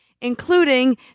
including